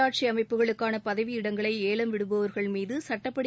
உள்ளாட்சி அமைப்புகளுக்கான பதவியிடங்களை ஏலம் விடுபவாகள் மீது சட்டப்படி